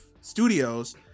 studios